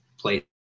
Place